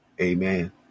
Amen